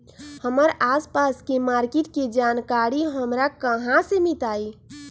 हमर आसपास के मार्किट के जानकारी हमरा कहाँ से मिताई?